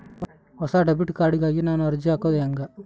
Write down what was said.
ಹೊಸ debit card ಗಾಗಿ ನಾನು ಅರ್ಜಿ ಹಾಕೊದು ಹೆಂಗ?